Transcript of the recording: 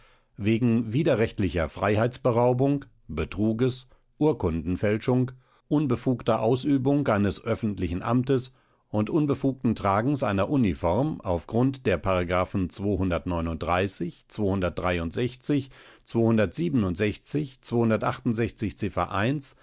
wegen widerrechtlicher freiheitsberaubung betruges urkundenfälschung unbefugter ausübung eines öffentlichen amtes und unbefugten tragens einer uniform auf grund der